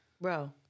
Bro